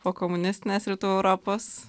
pokomunistinės rytų europos